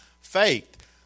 faith